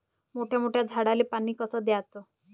मोठ्या मोठ्या झाडांले पानी कस द्याचं?